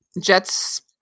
jet's